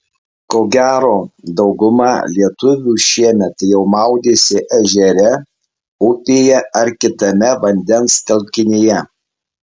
ko gero dauguma lietuvių šiemet jau maudėsi ežere upėje ar kitame vandens telkinyje